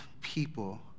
people